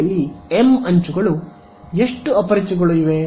ಗಡಿಯಲ್ಲಿ ಎಂ ಅಂಚುಗಳು ಎಷ್ಟು ಅಪರಿಚಿತಗಳು ಇವೆ